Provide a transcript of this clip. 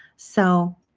so